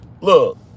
Look